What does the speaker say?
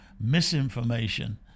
misinformation